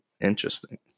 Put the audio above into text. Interesting